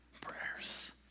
prayers